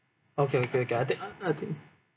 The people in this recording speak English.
okay okay okay I take uh I take